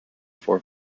four